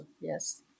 Yes